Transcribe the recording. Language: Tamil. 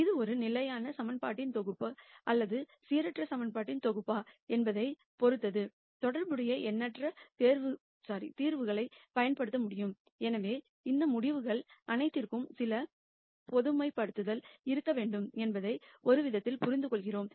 இது ஒரு லீனியர் ஈகிவேஷன்கள் தொகுப்பா அல்லது சீரற்ற ஈகிவேஷன் தொகுப்பா என்பதைப் பொறுத்து தொடர்புடைய இன்பிநெட் தீர்வுகளைப் பயன்படுத்த முடியும் எனவே இந்த முடிவுகள் அனைத்திற்கும் சில பொதுமைப்படுத்தல் இருக்க வேண்டும் என்பதை ஒருவிதத்தில் புரிந்துகொள்கிறோம்